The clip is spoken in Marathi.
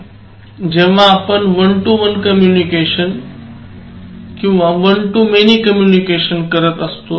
जेव्हा आपण one to one communication one to many communication करत असतो